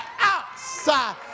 outside